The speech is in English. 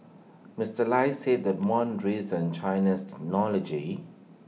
Mister lei said that one reason China's technology